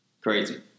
crazy